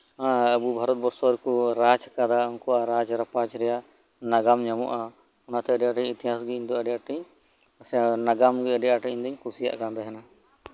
ᱟ ᱟᱵᱚ ᱵᱷᱟᱨᱚᱛ ᱵᱚᱨᱥᱚ ᱨᱮᱠᱩ ᱨᱟᱡ ᱠᱟᱫᱟ ᱩᱱᱨᱩᱣᱟᱜ ᱨᱟᱡᱼᱨᱟᱯᱟᱡ ᱨᱮᱭᱟᱜ ᱱᱟᱜᱟᱢ ᱧᱟᱢᱚᱜᱼᱟ ᱚᱱᱟᱛᱮ ᱤᱧᱫᱚ ᱤᱛᱤᱦᱟᱸᱥ ᱜᱮ ᱟᱹᱰᱤ ᱟᱸᱴᱤᱧ ᱥᱮ ᱱᱟᱜᱟᱢ ᱜᱮ ᱤᱧ ᱫᱚ ᱟᱰᱤ ᱟᱸᱴᱤᱧ ᱠᱩᱥᱤᱣᱟᱜ ᱠᱟᱱ ᱛᱟᱦᱮᱸᱱᱟ